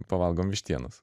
pavalgom vištienos